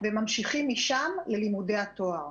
וממשיכים משם ללימודי התואר.